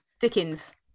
Dickens